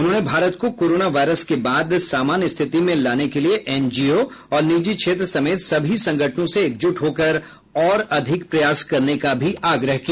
उन्होंने भारत को corona virus के बाद सामान्य स्थिति में लाने के लिए एनजीओ और निजी क्षेत्र समेत सभी संगठनों से एकजुट होकर और अधिक प्रयास करने का भी आग्रह किया